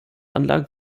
anlagen